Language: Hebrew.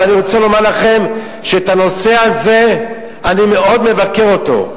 אבל אני רוצה לומר לכם שבנושא הזה אני מאוד מבקר אותו,